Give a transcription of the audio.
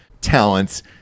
talents